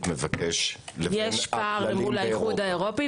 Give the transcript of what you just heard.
מבקש- - יש פער מול האיחוד האירופי,